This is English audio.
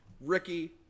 ricky